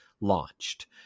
launched